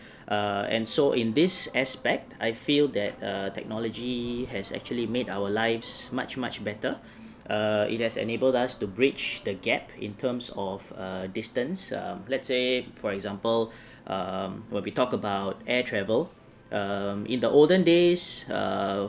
uh and so in this aspect I feel that err technology has actually made our lives much much better err it has enabled us to bridge the gap in terms of err distance um let's say for example um when we talk about air travel um in the olden days err